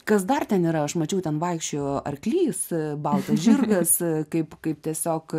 kas dar ten yra aš mačiau ten vaikščiojo arklys baltas žirgas kaip kaip tiesiog